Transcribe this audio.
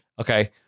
Okay